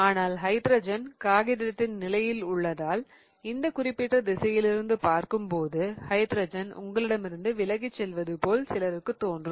ஆனால் ஹைட்ரஜன் காகிதத்தின் நிலையில் உள்ளதால் இந்த குறிப்பிட்ட திசையிலிருந்து பார்க்கும் போது ஹைட்ரஜன் உங்களிடமிருந்து விலகி செல்வது போல் சிலருக்கு தோன்றும்